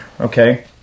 okay